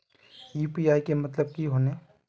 UPI के मतलब की होने?